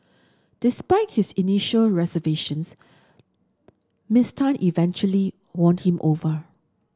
despite his initial reservations Miss Tan eventually won him over